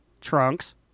trunks